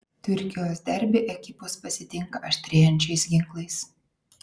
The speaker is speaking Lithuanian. turkijos derbį ekipos pasitinka aštrėjančiais ginklais